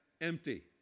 empty